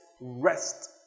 Rest